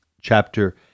chapter